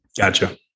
gotcha